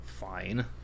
fine